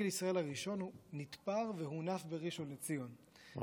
פגשתי בראשון לציון,